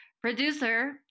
producer